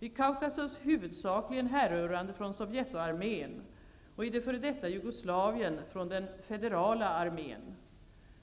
i Kaukasus huvudsakligen härrörande från Sovjetarmén och i det f.d. Jugoslavien från den federala armén.